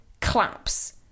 claps